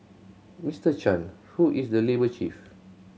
Mr Chan who is the labour chief